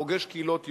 פוגש קהילות יהודיות.